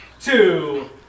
two